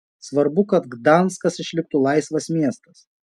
svarbu kad gdanskas išliktų laisvas miestas